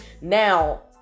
Now